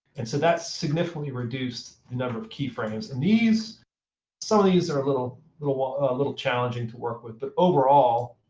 and so that's significantly reduced the number of keyframes. and some of these are a little little ah a little challenging to work with. but overall